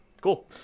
Cool